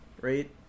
right